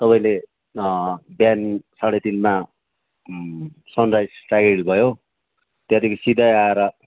तपाईँले बिहान साढे तिनमा सनराइज टाइगर हिल भयो त्यहाँदेखि सिधै आएर